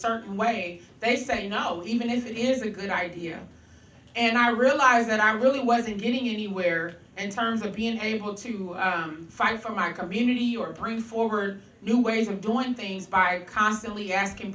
certain way they say you know even if it is a good idea and i realized that i really wasn't getting anywhere and terms of being able to fight for my community or prove forward new ways of doing things are constantly asking